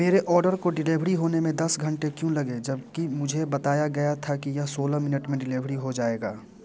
मेरे ऑर्डर को डिलेवरी होने में दस घंटे क्यों लगे जबकि मुझे बताया गया था कि यह सोलह मिनट में डिलेवरी हो जाएगा